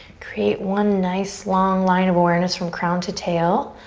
create one nice long line of awareness from crown to tail.